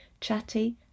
chatty